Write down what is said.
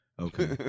Okay